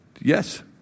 Yes